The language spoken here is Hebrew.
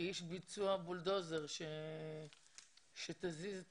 כאיש ביצוע, בולדוזר, שתזיז את